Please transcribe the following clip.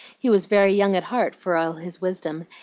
he was very young at heart for all his wisdom,